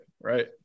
right